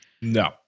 no